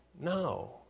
No